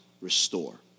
restore